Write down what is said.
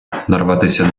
нарватися